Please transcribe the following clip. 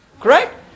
correct